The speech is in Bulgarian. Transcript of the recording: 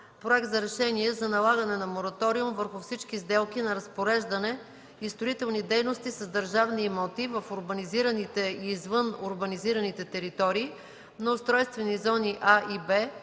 Проект за решение за налагане на мораториум върху всички сделки на разпореждане и строителни дейности с държавни имоти в урбанизираните и извънурбанизираните територии на устройствени зони „А” и „Б”